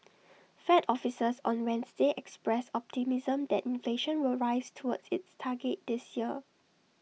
fed officials on Wednesday expressed optimism that inflation will rise toward its target this year